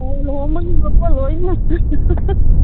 ꯍꯣꯏ ꯂꯨꯍꯣꯡꯕꯒꯤ ꯃꯄꯣꯠ ꯂꯣꯏꯅ